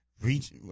reach